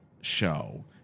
show